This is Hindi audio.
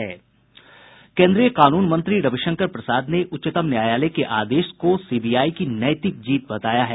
केन्द्रीय कानून मंत्री रविशंकर प्रसाद ने उच्चतम न्यायालय के आदेश को सीबीआई की नैतिक जीत बताया है